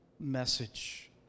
message